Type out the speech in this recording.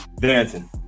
dancing